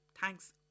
thanks